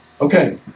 Okay